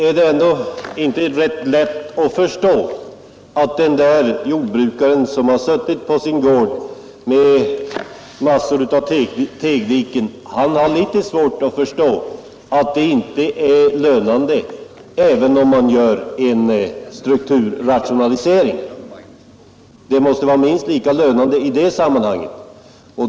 Med den jordbrukare som suttit på sin gård med massor av tegdiken har väl litet svårt att förstå att täckdikning inte skulle vara lönsam även när man gör en strukturrationalisering. Det måste väl vara minst lika lönande i det sammanhanget.